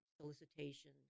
solicitation